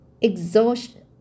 exhaustion